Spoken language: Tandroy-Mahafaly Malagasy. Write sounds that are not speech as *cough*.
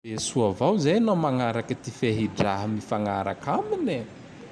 *unintelligible* Soa *noise* avao *noise* zay *noise* nao *noise* manao *noise* ty fehi-draha *noise* mifanark'amine.